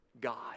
God